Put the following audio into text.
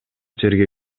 жерге